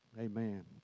Amen